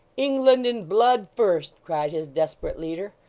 england in blood first cried his desperate leader.